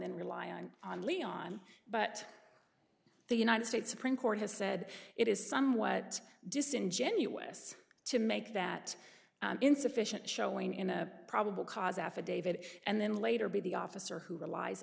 then rely on on leon but the united states supreme court has said it is somewhat disingenuous to make that insufficient showing in a probable cause affidavit and then later be the officer who relies